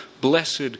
blessed